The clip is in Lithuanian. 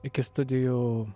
iki studijų